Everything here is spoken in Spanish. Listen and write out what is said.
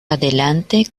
adelante